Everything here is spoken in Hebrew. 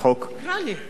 זה לא סוד,